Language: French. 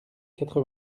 quatre